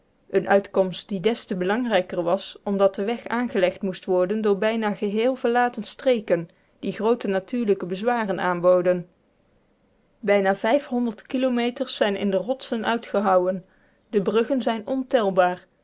eene uitkomst die des te belangrijker was omdat de weg aangelegd moest worden door bijna geheel verlaten streken die groote natuurlijke bezwaren aanboden bijna kilometers zijn in de rotsen uitgehouwen de bruggen zijn ontelbaar